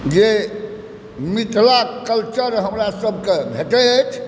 जे मिथिला कल्चर हमरा सभकेँ भेटै अछि